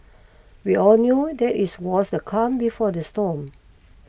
we all knew that it was the calm before the storm